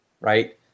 right